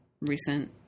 recent